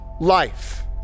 life